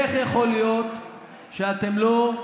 איך יכול להיות שאתם לא,